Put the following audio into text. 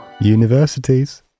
Universities